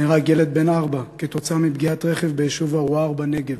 נהרג ילד בן ארבע כתוצאה מפגיעת רכב ביישוב ערוער בנגב,